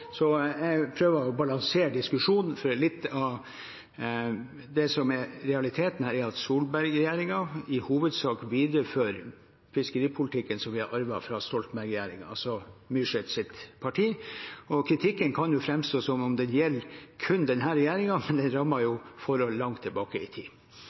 Jeg prøver å balansere diskusjonen, for litt av realiteten er at Solberg-regjeringen i hovedsak viderefører den fiskeripolitikken vi har arvet fra Stoltenberg-regjeringen, altså inkludert representanten Myrseths parti. Kritikken kan framstå som om den gjelder kun denne regjeringen, men den rammer jo forhold langt tilbake i tid.